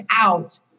out